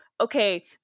okay